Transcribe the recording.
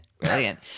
Brilliant